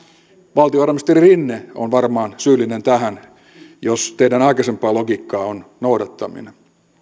valtiovarainministeri rinne on varmaan syyllinen tähän jos teidän aikaisempaa logiikkaanne on noudattaminen